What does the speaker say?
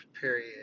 period